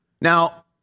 Now